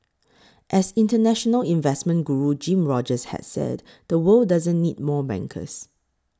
as international investment guru Jim Rogers has said the world doesn't need more bankers